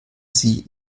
sie